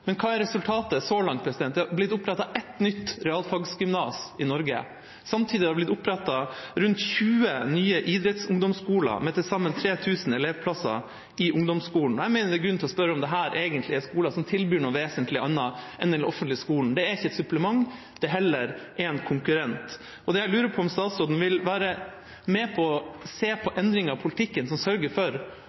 Men hva er resultatet så langt? Det har blitt opprettet ett nytt realfagsgymnas i Norge. Samtidig har det blitt opprettet rundt 20 nye idrettsungdomsskoler med til sammen 3 000 elevplasser. Jeg mener det er grunn til å spørre om dette egentlig er skoler som tilbyr noe vesentlig annet enn den offentlige skolen. Det er ikke et supplement; det er heller en konkurrent. Jeg lurer på om statsråden vil være med på å se på endringer av politikken som sørger for